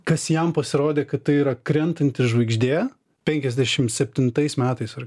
kas jam pasirodė kad tai yra krentanti žvaigždė penkiasdešim septintais metais ar